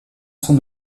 son